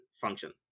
function